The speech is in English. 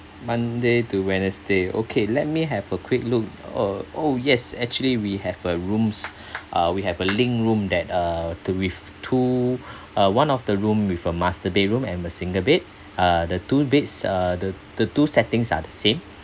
monday to wednesday okay let me have a quick look uh oh yes actually we have a rooms uh we have a link room that uh to with two uh one of the room with a master bedroom and a single bed uh the two beds uh the the two settings are the same